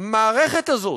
המערכת הזאת,